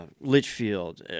Litchfield